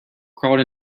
crawled